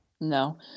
No